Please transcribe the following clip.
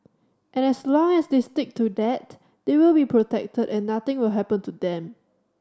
and as long as they stick to that they will be protected and nothing will happen to them